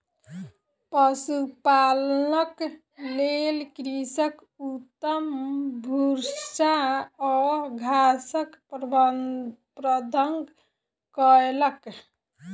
पशुपालनक लेल कृषक उत्तम भूस्सा आ घासक प्रबंध कयलक